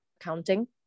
accounting